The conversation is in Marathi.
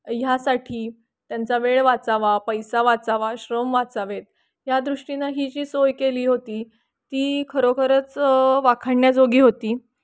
ह्यासाठी त्यांचा वेळ वाचावा पैसा वाचावा श्रम वाचावेत या दृष्टीनं ही जी सोय केली होती ती खरोखरंच वाखाणण्याजोगी होती